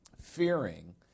fearing